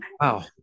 wow